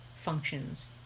functions